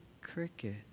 cricket